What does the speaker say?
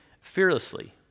fearlessly